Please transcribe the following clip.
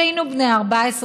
שהיינו בני 14,